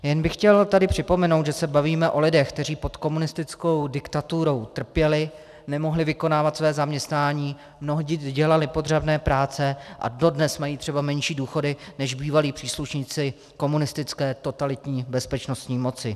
Jen bych chtěl tady připomenout, že se bavíme o lidech, kteří pod komunistickou diktaturou trpěli, nemohli vykonávat své zaměstnání, mnohdy dělali podřadné práce a dodnes mají třeba menší důchody než bývalí příslušníci komunistické totalitní bezpečnostní moci.